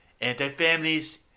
anti-families